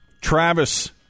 Travis